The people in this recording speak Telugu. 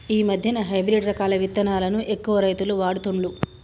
ఈ మధ్యన హైబ్రిడ్ రకాల విత్తనాలను ఎక్కువ రైతులు వాడుతుండ్లు